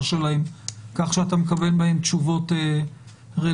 שלהם כך שאתה מקבל מהם תשובות רלוונטיות.